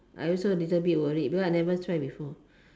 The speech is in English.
I also little bit worried because I never try before